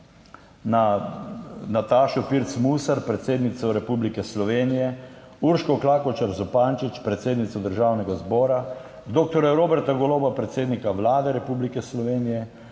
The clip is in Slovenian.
na Natašo Pirc Musar, predsednico Republike Slovenije, Urško Klakočar Zupančič, predsednico Državnega zbora, dr. Roberta Goloba, predsednika Vlade Republike Slovenije,